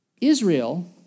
Israel